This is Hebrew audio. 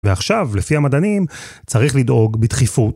ועכשיו, לפי המדענים, צריך לדאוג, בדחיפות,